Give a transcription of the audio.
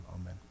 amen